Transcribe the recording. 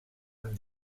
amb